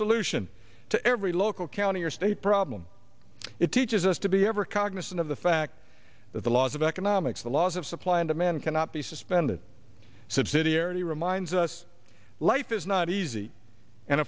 solution to every local county or state problem it teaches us to be ever cognizant of the fact that the laws of economics the laws of supply and demand cannot be suspended subsidiarity reminds us life is not easy and